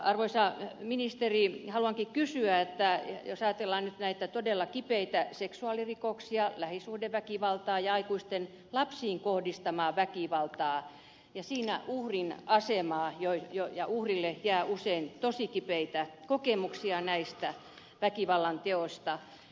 arvoisa ministeri haluankin kysyä että jos ajatellaan nyt näitä todella kipeitä seksuaalirikoksia lähisuhdeväkivaltaa ja aikuisten lapsiin kohdistamaa väkivaltaa ja siinä uhrin asemaa niin uhrille jää usein tosi kipeitä kokemuksia näistä väkivallanteoista